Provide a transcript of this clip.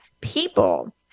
people